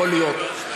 יכול להיות.